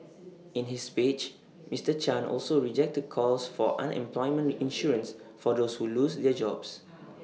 in his speech Mister chan also rejected calls for unemployment insurance for those who lose their jobs